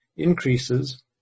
increases